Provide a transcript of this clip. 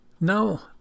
Now